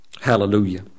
Hallelujah